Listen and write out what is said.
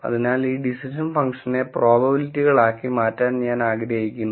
അതിനാൽ ഈ ഡിസിഷൻ ഫങ്ഷനെ പ്രോബബിലിറ്റികളാക്കി മാറ്റാൻ ഞാൻ ആഗ്രഹിക്കുന്നു